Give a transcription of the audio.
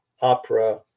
opera